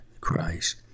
Christ